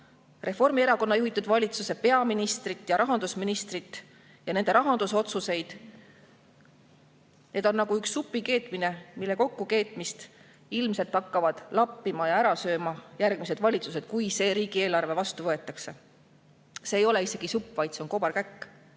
Reformierakonna juhitud valitsuse peaministrit ja rahandusministrit ja nende rahandusotsuseid. Need on nagu üks supi keetmine, mille kokkukeetmist ilmselt hakkavad lappima ja [seda suppi] ära sööma järgmised valitsused, kui see riigieelarve vastu võetakse. See ei ole supp, vaid see on kobarkäkk.